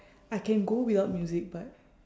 I can go without music but